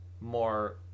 more